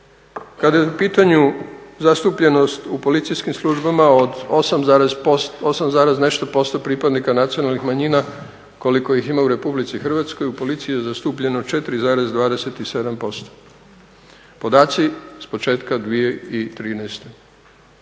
kada je u pitanju zastupljenost u policijskim službama od 8 zarez nešto posto pripadnika nacionalnih manjina koliko ih ima u Republici Hrvatskoj u policiji je zastupljeno 4,27%. Podaci s početka 2013.